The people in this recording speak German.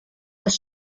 das